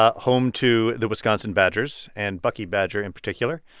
ah home to the wisconsin badgers and bucky badger in particular,